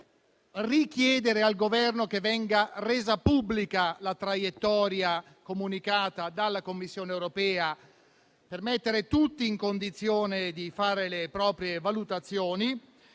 nuovamente al Governo che venga resa pubblica la traiettoria comunicata dalla Commissione europea, per mettere tutti in condizione di fare le proprie valutazioni.